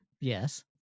Yes